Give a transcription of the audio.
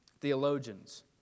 theologians